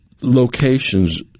locations